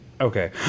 okay